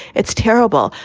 it's terrible.